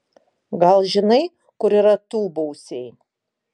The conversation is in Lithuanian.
gal žinai kur yra tūbausiai